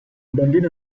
bambino